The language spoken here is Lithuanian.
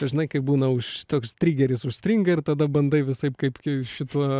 čia žinai kaip būna už toks trigeris užstringa ir tada bandai visaip kaip šituo